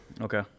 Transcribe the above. Okay